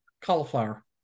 cauliflower